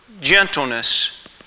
gentleness